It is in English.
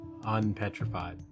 unpetrified